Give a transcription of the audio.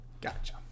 Gotcha